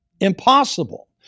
impossible